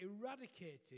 eradicated